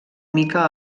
mica